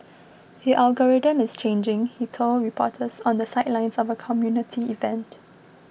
the algorithm is changing he told reporters on the sidelines of a community event